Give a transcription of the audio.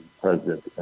president